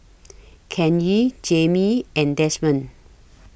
Kanye Jaimee and Desmond